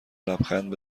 لبخند